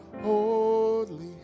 holy